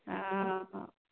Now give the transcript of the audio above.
हाँ